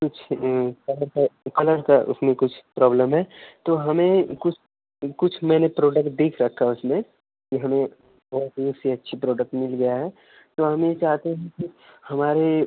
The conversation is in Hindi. कुछ कलर के कलर का उसमें कुछ प्रॉब्लम है तो हमें कुछ कुछ मैंने प्रोडक्ट देख रखा उसमें कि हमें थोड़ा से अच्छी प्रोडक्ट मिल गया है तो हम ये चाहते हैं कि हमारे